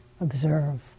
observe